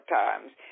times